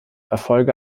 erfolge